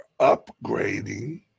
upgrading